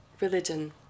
Religion